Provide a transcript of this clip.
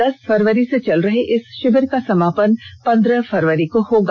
दस फरवरी से चल रहे इस षिविर का समापन पन्द्रह फरवरी को होगा